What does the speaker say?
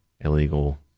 illegal